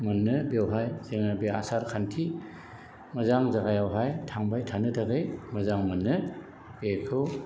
मोनो बेवहाय जोङो बे आसार खान्थि मोजां जागायावहाय थांबाय थानो थाखाय मोजां मोनो बेखौ